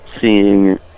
seeing